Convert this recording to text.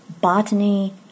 botany